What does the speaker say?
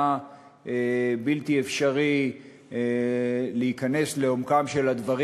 היה בלתי אפשרי להיכנס לעומקם של הדברים.